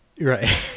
right